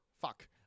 Fuck